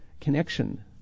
connection